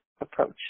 approach